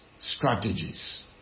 strategies